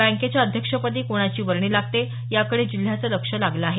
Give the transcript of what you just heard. बँकेच्या अध्यक्षपदी कोणाची वर्णी लागते याकडे जिल्ह्याचं लक्ष लागलं आहे